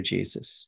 Jesus